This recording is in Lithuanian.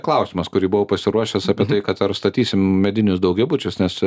klausimas kurį buvau pasiruošęs apie tai kad ar statysim medinius daugiabučius nes